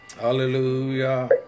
Hallelujah